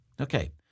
Okay